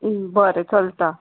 बरें चलता